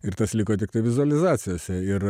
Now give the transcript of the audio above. ir tas liko tiktai vizualizacijose ir